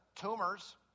tumors